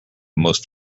most